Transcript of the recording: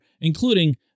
including